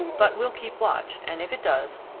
but we'll keep watch, and if it does,